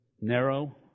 narrow